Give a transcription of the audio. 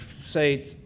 say